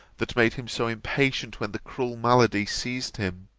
that made him so impatient when the cruel malady seized him.